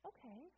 Okay